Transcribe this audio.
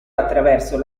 attraverso